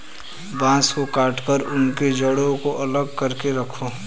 बांस को काटकर उनके जड़ों को अलग करके रखो